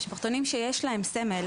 משפחתונים שיש להם סמל